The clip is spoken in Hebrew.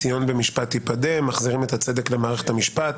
ציון במשפט תיפדה מחזירים את הצדק למערכת המשפט.